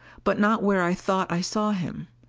but not where i thought i saw him!